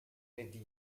eddie